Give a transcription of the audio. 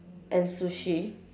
and sushi